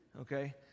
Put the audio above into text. Okay